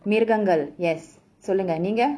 மிருகங்கள்:mirugangal yes சொல்லுங்க நீங்க:sollunga neenga